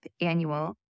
annual